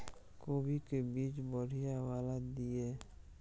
कोबी के बीज बढ़ीया वाला दिय?